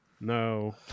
no